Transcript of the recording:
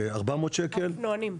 400 שקלים.